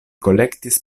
kolektis